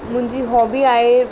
मुंहिंजी हॉबी आहे